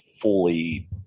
fully